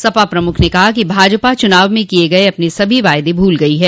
सपा प्रमुख ने कहा कि भाजपा चुनाव में किये गये अपने सभी वादों को भूल गई है